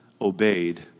obeyed